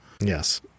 Yes